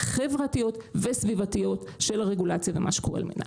חברתיות וסביבתיות של הרגולציה ומה שקורה ממנה.